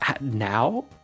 now